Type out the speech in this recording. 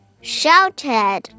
shouted